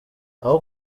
aho